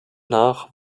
nach